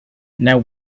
now